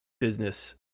business